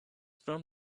from